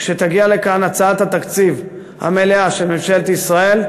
כשתגיע לכאן הצעת התקציב המלאה של ממשלת ישראל,